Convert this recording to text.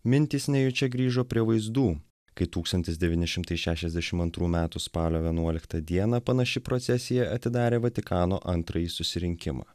mintys nejučia grįžo prie vaizdų kai tūkstantis devyni šimtai šešiasdešim antrų metų spalio vienuoliktą dieną panaši procesija atidarė vatikano antrąjį susirinkimą